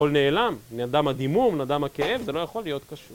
קןל נאלם, נדם הדימום, נדם הכאב, זה לא יכול להיות קשור